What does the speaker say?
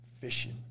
fishing